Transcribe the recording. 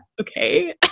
okay